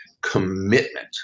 commitment